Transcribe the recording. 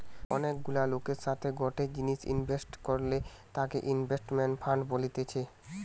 অনেক গুলা লোকের সাথে গটে জিনিসে ইনভেস্ট করলে তাকে ইনভেস্টমেন্ট ফান্ড বলতেছে